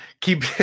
Keep